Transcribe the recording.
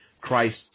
Christ